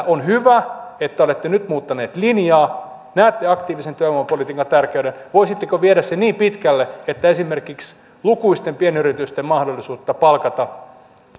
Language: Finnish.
on hyvä että olette nyt muuttanut linjaa näette aktiivisen työvoimapolitiikan tärkeyden voisitteko viedä sen niin pitkälle että esimerkiksi lukuisten pienyritysten mahdollisuutta palkata